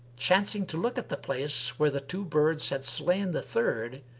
chancing to look at the place where the two birds had slain the third,